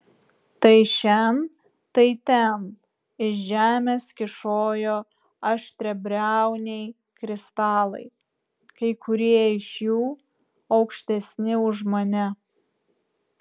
tai šen tai ten iš žemės kyšojo aštriabriauniai kristalai kai kurie iš jų aukštesni už mane